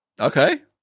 Okay